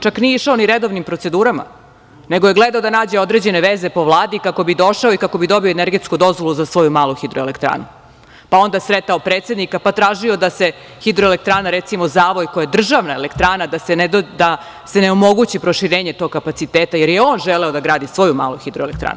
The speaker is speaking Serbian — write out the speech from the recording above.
Čak nije išao ni redovnim procedurama, nego je gledao da nađe određene veze po Vladi kako bi došao i kako bi dobio energetsku dozvolu za svoju malu hidroelektranu, pa je onda sretao predsednika, pa tražio da se hidroelektrana, recimo Zavoj, koja je državna elektrana, da se ne omogući proširenje tog kapaciteta, jer je on želeo da gradi svoju malu hidroelektranu.